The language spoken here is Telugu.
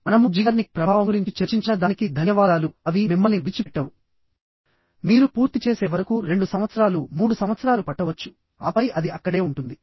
మనము జిగార్నిక్ ప్రభావం గురించి చర్చించిన దానికి ధన్యవాదాలు మరియు అవి మిమ్మల్ని విడిచిపెట్టవు మీరు పూర్తి చేసే వరకు 2 సంవత్సరాలు 3 సంవత్సరాలు పట్టవచ్చు ఆపై అది అక్కడే ఉంటుంది